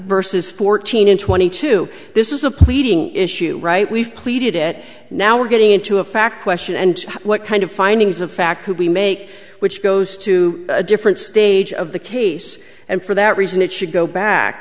versus fourteen and twenty two this is a pleading issue right we've pleaded it now we're getting into a fact question and what kind of findings of fact could be make which goes to a different stage of the case and for that reason it should go back